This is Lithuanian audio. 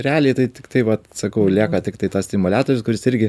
realiai tai tiktai vat sakau lieka tiktai tas stimuliatorius kuris irgi